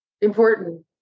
important